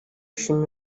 shima